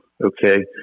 Okay